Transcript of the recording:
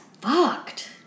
fucked